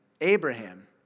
Abraham